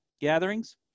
gatherings